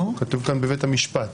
כתוב כאן "בבית המשפט".